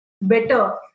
better